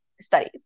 studies